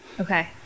Okay